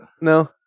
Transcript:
no